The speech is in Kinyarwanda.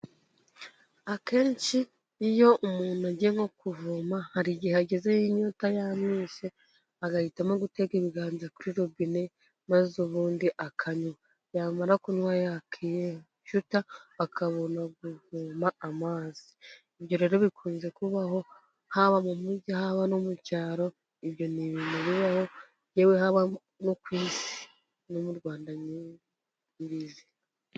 Akenshi iyo umuntu agiye nko kuvoma, hari igihe agezeyo inyota yamwishe, agahitamo gutega ibiganza kuri robine maze ubundi akanywa. Yamara kunywa yakijuta, akabona akavoma amazi. Ibyo rero bikunze kubaho haba mu mujyi, haba no mu cyaro, ibyo ni ibintu bibaho yewe haba no ku isi ,no mu Rwanda birazwi.